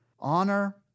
Honor